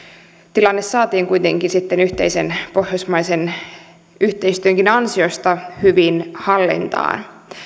tilanne saatiin kuitenkin sitten yhteisen pohjoismaisen yhteistyönkin ansiosta hyvin hallintaan